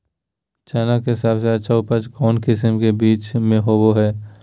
चना के सबसे अच्छा उपज कौन किस्म के बीच में होबो हय?